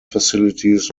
facilities